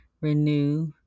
renew